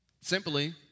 Simply